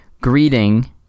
greeting